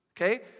Okay